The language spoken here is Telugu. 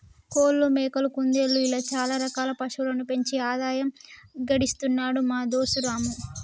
కోళ్లు మేకలు కుందేళ్లు ఇలా చాల రకాల పశువులను పెంచి ఆదాయం గడిస్తున్నాడు మా దోస్తు రాము